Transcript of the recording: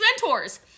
mentors